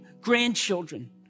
grandchildren